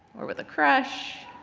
or with a crush,